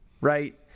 right